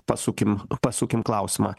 pasukim pasukim klausimą